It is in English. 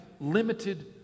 limited